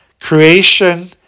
creation